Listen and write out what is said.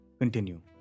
continue।